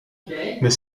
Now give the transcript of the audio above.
mais